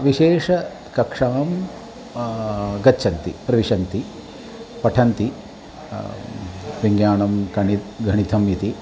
विशेषकक्षां गच्छन्ति प्रविशन्ति पठन्ति विज्ञानं गणि गणितम् इति